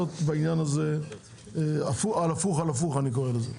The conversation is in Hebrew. בעניין הזה הפוך על הפוך, כפי שאני קורא לזה.